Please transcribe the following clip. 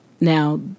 Now